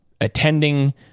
attending